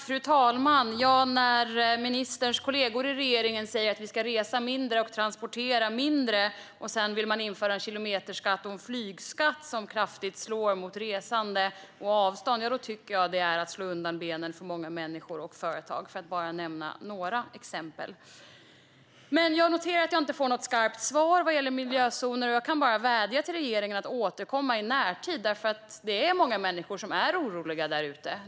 Fru talman! När ministerns kollegor i regeringen säger att vi ska resa mindre och transportera mindre och sedan vill införa en kilometerskatt och en flygskatt som kraftigt slår mot resande och avstånd, för att bara nämna några exempel, tycker jag att det är att slå undan benen för många människor och företag. Jag noterar att jag inte får något skarpt svar vad gäller miljözoner. Jag kan bara vädja till regeringen att återkomma i närtid. Det är många människor som är oroliga.